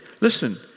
listen